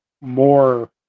more